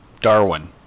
Darwin